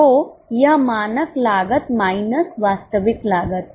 तो यह मानक लागत माइनस वास्तविक लागत है